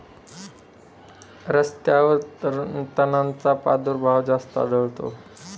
रस्त्यांवर तणांचा प्रादुर्भाव जास्त आढळतो